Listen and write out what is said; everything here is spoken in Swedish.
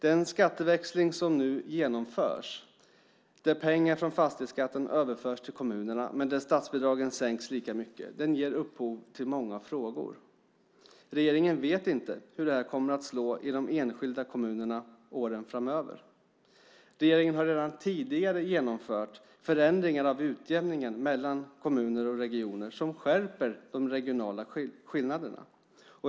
Den skatteväxling som nu genomförs, där pengar från fastighetsskatten överförs till kommunerna men där statsbidragen sänks lika mycket, ger upphov till många frågor. Regeringen vet inte hur det här kommer att slå i de enskilda kommunerna åren framöver. Regeringen har redan tidigare genomfört förändringar av utjämningen mellan kommuner som skärper de regionala skillnaderna.